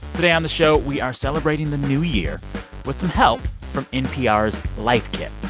today on the show, we are celebrating the new year with some help from npr's life kit.